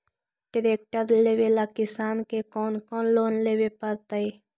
Tractor लेवेला किसान के कौन लोन लेवे पड़तई?